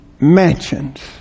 mansions